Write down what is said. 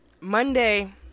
Monday